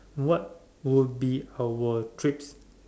what would be our treats